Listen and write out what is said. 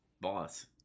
boss